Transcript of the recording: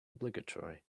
obligatory